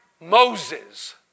Moses